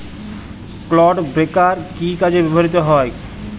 Clod breaker কি কাজে ব্যবহৃত হয়?